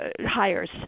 hires